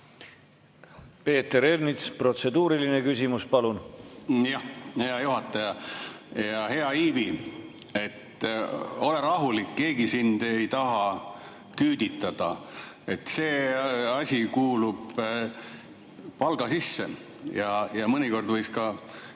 Peeter Ernits, protseduuriline küsimus, palun! Hea juhataja! Hea Ivi! Ole rahulik, keegi sind ei taha küüditada. See asi kuulub palga sisse. Mõnikord võiks ka